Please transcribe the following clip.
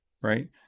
right